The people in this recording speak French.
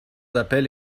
d’appel